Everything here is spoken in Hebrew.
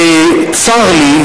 צר לי,